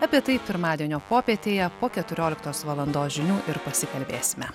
apie tai pirmadienio popietėje po keturioliktos valandos žinių ir pasikalbėsime